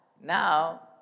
now